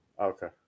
Okay